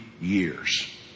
years